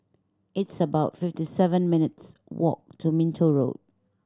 it's about fifty seven minutes' walk to Minto Road